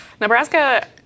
Nebraska